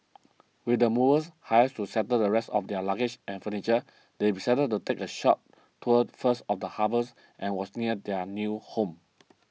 with the movers hired to settle the rest of their luggage and furniture they decided to take a short tour first of the harbours and was near their new home